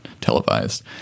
televised